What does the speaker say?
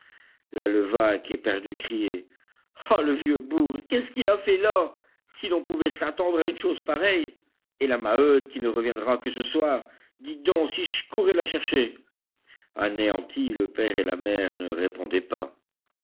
la levaque éperdue criait ah le vieux bougre qu'est-ce qu'il a fait là si l'on pouvait s'attendre à une chose pareille et la maheude qui ne reviendra que ce soir dites donc si je courais la chercher anéantis le père et la mère ne répondaient pas